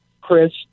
Chris